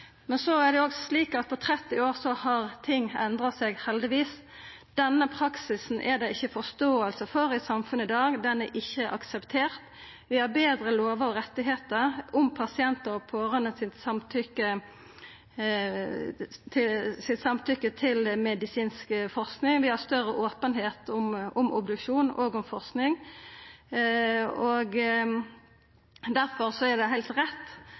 Men så er det jo slik at på 30 år har ting endra seg, heldigvis. Denne praksisen er det ikkje forståing for i samfunnet i dag. Den er ikkje akseptert. Vi har betre lover og rettar om samtykket frå pasientar og pårørande til medisinsk forsking, vi har større openheit om obduksjon og om forsking. Derfor er det heilt rett